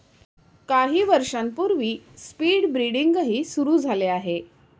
काही वर्षांपूर्वी स्पीड ब्रीडिंगही सुरू झाले आहे